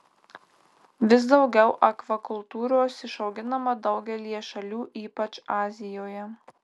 vis daugiau akvakultūros išauginama daugelyje šalių ypač azijoje